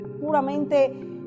puramente